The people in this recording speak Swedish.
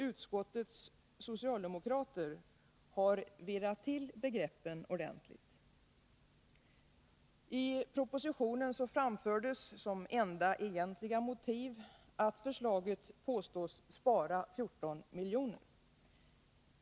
Utskottets socialdemokrater har virrat till begreppen ordentligt. I propositionen påstås förslaget — det är det enda egentliga motiv som anförs — spara 14 miljoner.